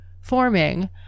forming